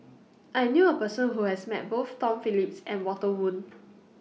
I knew A Person Who has Met Both Tom Phillips and Walter Woon